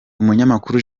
umunyamakuru